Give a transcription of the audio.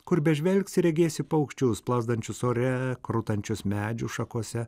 kur bežvelgsi regėsi paukščius plazdančius ore krutančius medžių šakose